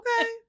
okay